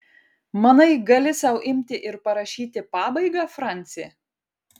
manai gali sau imti ir parašyti pabaigą franci